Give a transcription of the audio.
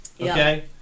Okay